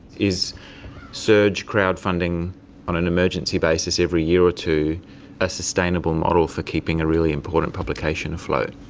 is surge crowd funding on an emergency basis every year or two a sustainable model for keeping a really important publication afloat?